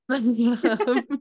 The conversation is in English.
no